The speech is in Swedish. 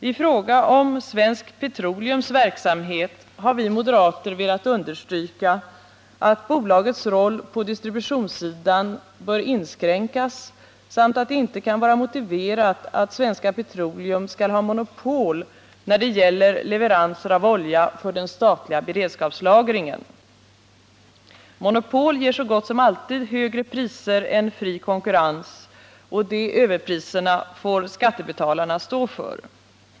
I fråga om Svenska Petroleums verksamhet har vi moderater velat understryka att bolagets roll på distributionssidan bör inskränkas samt att det inte kan vara motiverat att Svenska Petroleum skall ha monopol när det gäller leveranser av olja för den statliga beredskapslagringen. Monopol ger så gott som alltid högre priser än fri konkurrens, och de överpriserna får skattebetalarna stå för.